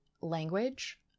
language